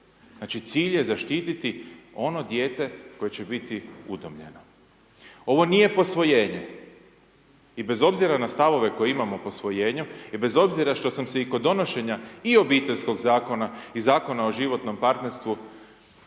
znači cilj je zaštiti ono dijete koje će biti udomljeno. Ovo nije posvojenje i bez obzira na stavove koje imamo o posvojenju, bez obzira što sam se i kod donošenja i Obiteljskog zakona i Zakona o životnom partnerstvu,